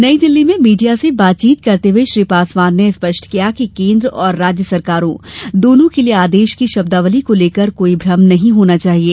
नई दिल्ली में मीडिया से बातचीत करते हुए श्री पासवान ने स्पष्ट किया कि केंद्र और राज्य सरकारो दोनों के लिए आदेश की शब्दावली को लेकर कोई भ्रम नहीं होना चाहिए